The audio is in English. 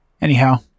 Anyhow